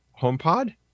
HomePod